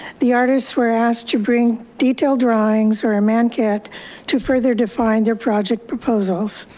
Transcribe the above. the artists were asked to bring detailed drawings or a mankit to further define their project proposals.